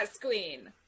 Queen